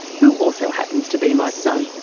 who also happens to be my son.